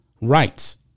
rights